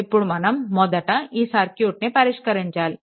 ఇప్పుడు మనం మొదట ఈ సర్క్యూట్ని పరిష్కరించాలి